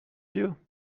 you